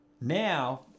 Now